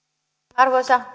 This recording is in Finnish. arvoisa